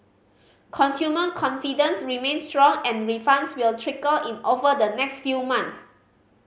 consumer confidence remains strong and refunds will trickle in over the next few months